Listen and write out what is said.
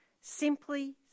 Simply